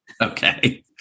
Okay